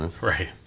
Right